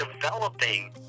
developing